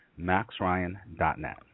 MaxRyan.net